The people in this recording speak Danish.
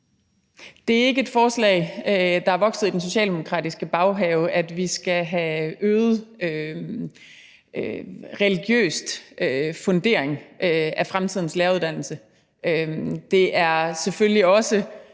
Det er ikke et forslag, der er vokset i den socialdemokratiske baghave, at vi skal have en øget religiøs fundering af fremtidens læreruddannelse. Det er selvfølgelig også